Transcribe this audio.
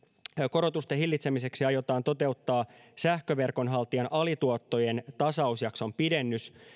korotusten hillitsemiseksi aiotaan toteuttaa sähköverkonhaltijan alituottojen tasausjakson pidennys